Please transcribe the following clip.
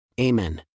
Amen